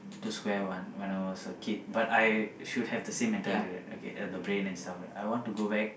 to square one when I was a kid but I should have the same mentality right okay uh the brain and stuff right I want to go back